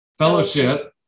fellowship